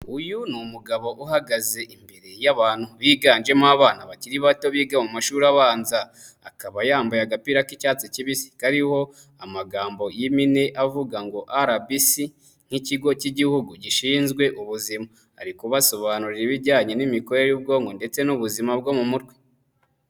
Uyu ni umugabo uhagaze imbere y'abantu biganjemo abana bakiri bato biga mu mashuri abanza, akaba yambaye agapira k'icyatsi kibisi kariho amagambo y'impine avuga ngo RBC nk'Ikigo k'Igihugu gishinzwe Ubuzima, ari kubasobanurira ibijyanye n'imikorere y'ubwonko ndetse n'ubuzima bwo mu mutwe.